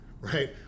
right